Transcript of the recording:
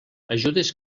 ajudes